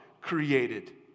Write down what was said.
created